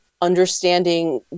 understanding